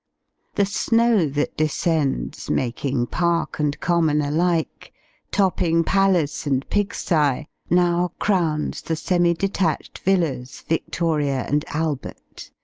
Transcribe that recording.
the snow that descends, making park and common alike topping palace and pigsty, now crowns the semi-detached villas, victoria and albert.